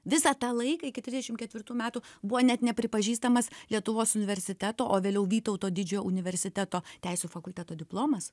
visą tą laiką iki trisdešim ketvirtų metų buvo net nepripažįstamas lietuvos universiteto o vėliau vytauto didžiojo universiteto teisių fakulteto diplomas